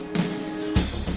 is